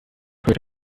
hörte